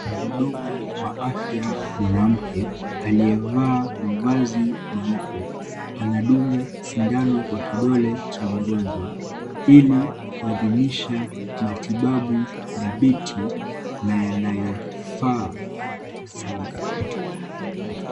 Mhudumu wa afya mwanamke aliyevaa mavazi meupe ,anadunga sindano kwa kidole cha mgonjwa ili kuhadimisha matibabu thabitibi na yanayofaa sana.